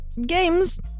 games